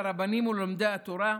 מורשת של כבוד לרבנים וללומדי התורה,